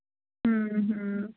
ਹੂੰ ਹੂੰ